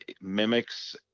mimics